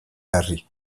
berri